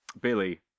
Billy